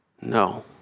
No